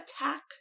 attack